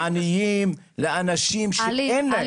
לעניים, לאנשים שאין להם.